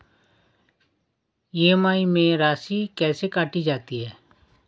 EMI में राशि कैसे काटी जाती है?